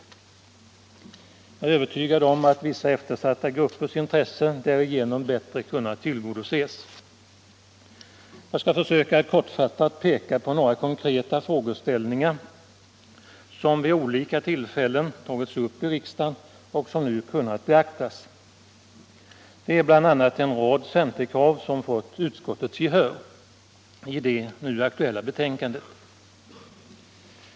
Jag är övertygad om att eftersatta gruppers intressen därigenom bättre kunnat tillgodoses. Jag skall försöka att kortfattat peka på några konkreta frågeställningar som vid olika tillfällen tagits upp i riksdagen och där kraven nu kunnat beaktats. Det är bl.a. en rad centerkrav som fått utskottets gehör i det nu aktuella betänkandet.